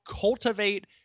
cultivate